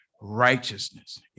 righteousness